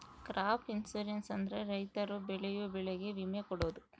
crop insurance ಅಂದ್ರೆ ರೈತರು ಬೆಳೆಯೋ ಬೆಳೆಗೆ ವಿಮೆ ಕೊಡೋದು